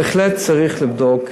בהחלט צריך לבדוק,